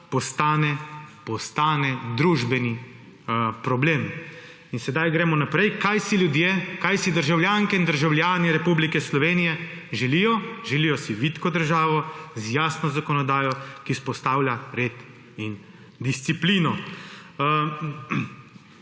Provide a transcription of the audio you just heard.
postane družbeni problem. In sedaj gremo naprej. Kaj si ljudje, kaj si državljanke in državljani Republike Slovenije želijo? Želijo si vitko državo z jasno zakonodajo, ki vzpostavlja red in disciplino.